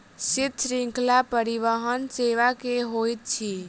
शीत श्रृंखला परिवहन सेवा की होइत अछि?